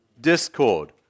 discord